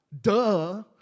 Duh